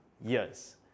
years